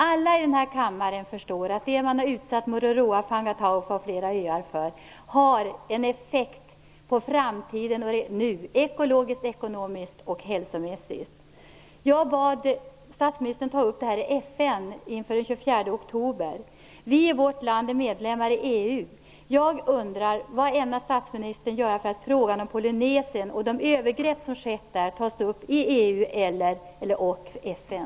Alla i den här kammaren förstår att det som man har utsatt Mururoa, Fangataufa och flera andra öar för har effekter - nu och för framtiden - ekologiskt, ekonomiskt och hälsomässigt. Jag bad statsministern ta upp det här i FN inför den 24 oktober. Vårt land är medlem i EU. Jag undrar: Vad ämnar statsministern göra för att frågan om Polynesien och de övergrepp som har skett där tas upp i EU och FN?